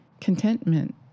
contentment